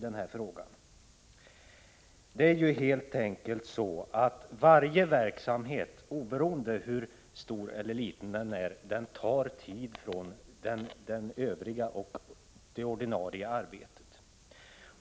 Det är ju helt enkelt så att varje verksamhet, oberoende av hur stor eller liten den är, tar tid från det övriga, ordinarie arbetet.